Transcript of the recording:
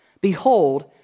Behold